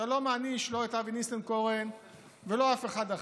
אתה לא מעניש לא את אבי ניסנקורן ולא אף אחד.